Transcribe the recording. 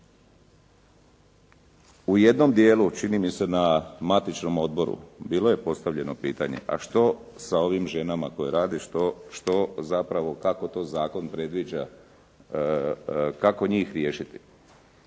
U jednom dijelu, čini mi se na matičnom odboru, bilo je postavljeno pitanje a što sa ovim ženama koje rade, što zapravo, kako to zakon predviđa, kako njih riješiti.